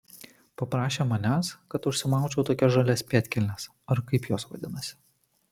paprašė manęs kad užsimaučiau tokias žalias pėdkelnes ar kaip jos vadinasi